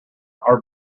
our